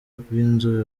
b’inzobe